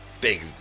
Big